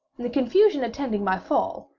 in the confusion attending my fall,